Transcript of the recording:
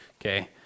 Okay